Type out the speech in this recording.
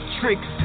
tricks